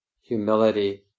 humility